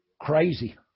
Crazy